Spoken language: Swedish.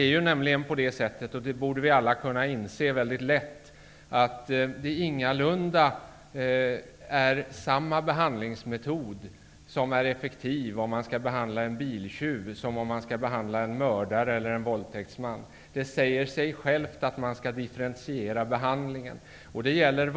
Alla borde vi väldigt lätt kunna inse att samma behandlingsmetod ingalunda är lika effektiv när det gäller en biltjuv som när det gäller en mördare eller våldtäktsman. Det säger sig självt att behandlingen skall differentieras.